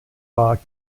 war